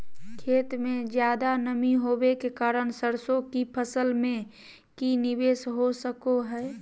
खेत में ज्यादा नमी होबे के कारण सरसों की फसल में की निवेस हो सको हय?